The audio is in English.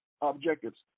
objectives